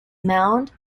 mound